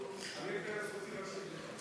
עמיר פרץ, רוצים להקשיב לך.